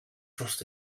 trust